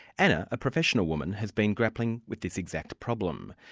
anna, a professional woman, has been grappling with this exact problem.